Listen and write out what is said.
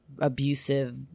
abusive